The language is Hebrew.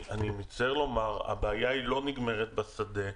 אני מצטער לומר שהבעיה לא נגמרת בשדה.